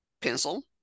pencil